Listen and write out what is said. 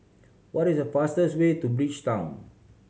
what is the fastest way to Bridgetown